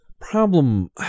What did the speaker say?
problem